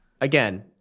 again